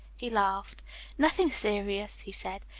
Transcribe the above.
he laughed nothing serious, he said.